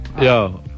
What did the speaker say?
Yo